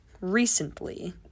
recently